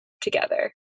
together